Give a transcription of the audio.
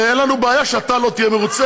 אין לנו בעיה שאתה לא תהיה מרוצה,